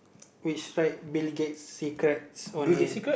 which write Bill Gate's secrets on it